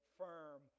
firm